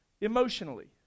emotionally